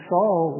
Saul